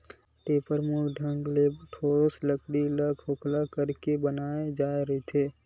टेपरा मुख्य ढंग ले ठोस लकड़ी ल खोखोल के बनाय जाय रहिथे